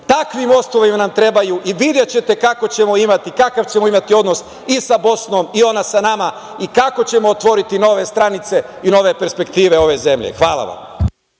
Takvi mostovi nam trebaju i videćete kakav ćemo imati odnos i sa Bosnom i ona sa nama, i kako ćemo otvoriti nove stranice ili nove perspektive ove zemlje. Hvala vam.